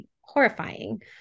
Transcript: horrifying